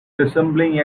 resembling